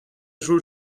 sul